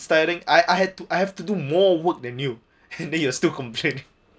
it's tiring I I had to I have to do more work than you then you still complain